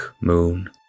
Moon